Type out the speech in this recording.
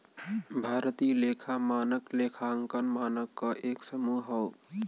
भारतीय लेखा मानक लेखांकन मानक क एक समूह हौ